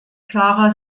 klarer